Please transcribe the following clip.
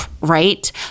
right